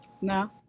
No